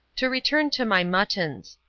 to return to my muttons.